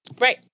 Right